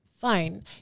fine